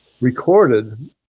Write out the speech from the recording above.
recorded